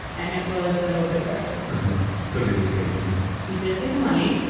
and it was the middle of the depression so did he take the money? he did take the money,